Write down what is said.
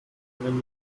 wenn